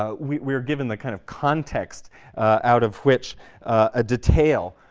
ah we we are given the kind of context out of which a detail,